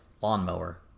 lawnmower